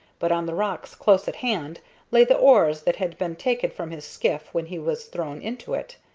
but on the rocks close at hand lay the oars that had been taken from his skiff when he was thrown into it.